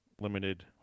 limited